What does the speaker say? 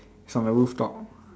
is on the rooftop